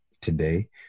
today